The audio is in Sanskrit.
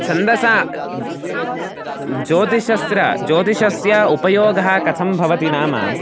छन्दसा ज्योतिषं ज्योतिषस्य उपयोगः कथं भवति नाम